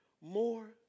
more